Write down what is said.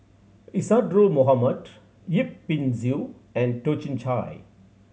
Isadhora Mohamed Yip Pin Xiu and Toh Chin Chye